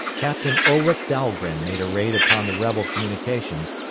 captain ulric dahlgren made a raid upon the rebel communications,